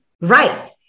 right